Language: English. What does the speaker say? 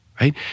right